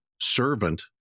servant